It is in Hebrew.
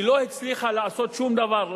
היא לא הצליחה לעשות שום דבר.